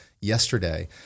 yesterday